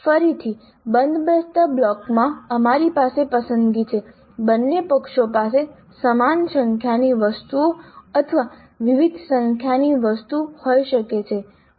ફરીથી બંધબેસતા બ્લોક્સમાં અમારી પાસે પસંદગી છે બંને પક્ષો પાસે સમાન સંખ્યાની વસ્તુઓ અથવા વિવિધ સંખ્યાની વસ્તુઓ હોઈ શકે છે